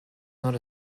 not